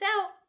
out